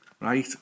Right